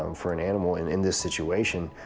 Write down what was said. um for an animal in in this situation